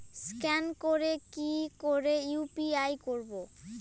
Scan করে কি করে ইউ.পি.আই করবো?